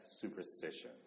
superstition